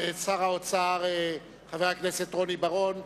תודה לשר האוצר, חבר הכנסת רוני בר-און.